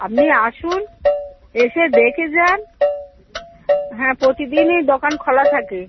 আবনি আসুন এসে দেকে যান হ্যাঁ প্রতিদিনই দোকান খোলা থাকে